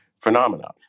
phenomenon